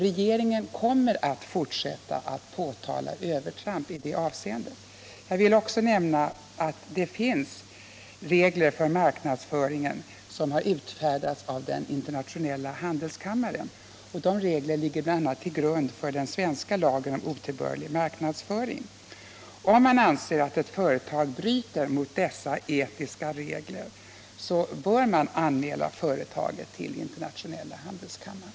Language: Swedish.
Regeringen kommer att fortsätta att påtala övertramp i detta avseende. Jag vill också nämna att det finns regler för marknadsföringen, som har utfärdats av den internationella handelskammaren. De reglerna ligger bl.a. till grund för den svenska lagen om otillbörlig marknadsföring. Om man anser att ett företag bryter mot dessa etiska regler, bör man anmäla företaget till internationella handelskammaren.